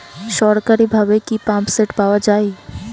সরকারিভাবে কি পাম্পসেট পাওয়া যায়?